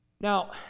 Now